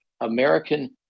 American